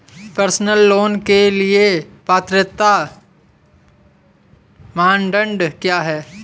Personal loan के लिए पात्रता मानदंड क्या हैं?